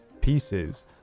pieces